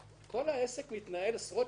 כל העסק מתנהל עשרות שנים,